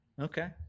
Okay